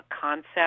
concept